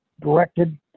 directed